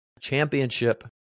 championship